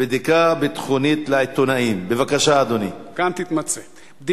אדוני היושב-ראש,